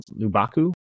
Lubaku